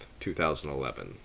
2011